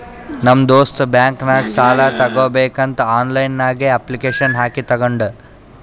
ನಮ್ ದೋಸ್ತ್ ಬ್ಯಾಂಕ್ ನಾಗ್ ಸಾಲ ತಗೋಬೇಕಂತ್ ಆನ್ಲೈನ್ ನಾಗೆ ಅಪ್ಲಿಕೇಶನ್ ಹಾಕಿ ತಗೊಂಡ್